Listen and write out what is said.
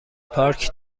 پارک